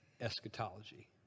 eschatology